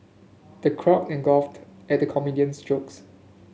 the crowd in guffawed at the comedian's jokes